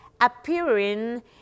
appearing